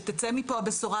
שתצא מפה הבשורה,